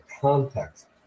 context